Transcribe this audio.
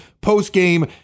Post-game